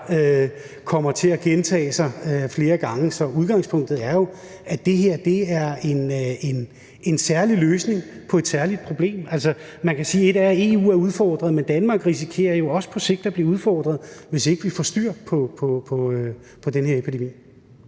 kommer til at gentage sig flere gange. Så udgangspunktet er jo, at det her er en særlig løsning på et særligt problem. Man kan sige, at en ting er, at EU er udfordret, men Danmark risikerer jo også på sigt at blive udfordret, hvis ikke vi får styr på den her epidemi.